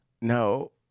no